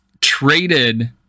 traded